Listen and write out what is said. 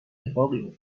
اتفاقی